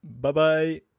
Bye-bye